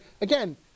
again